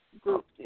group